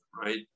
right